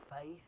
faith